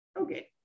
Okay